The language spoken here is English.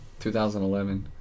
2011